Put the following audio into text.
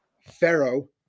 pharaoh